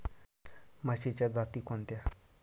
म्हशीच्या जाती कोणत्या?